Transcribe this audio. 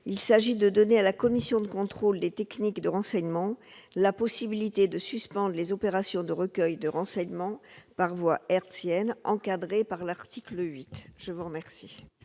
il s'agit de donner à la Commission de contrôle des techniques de renseignement la possibilité de suspendre les opérations de recueil de renseignements par voie hertzienne encadrées par l'article 8. Quel